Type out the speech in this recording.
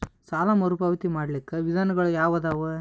ಸಾಲ ಮರುಪಾವತಿ ಮಾಡ್ಲಿಕ್ಕ ವಿಧಾನಗಳು ಯಾವದವಾ?